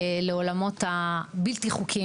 היא שווה הרבה מאוד כסף לעולמות הבלתי-חוקיים,